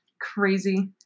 Crazy